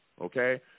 okay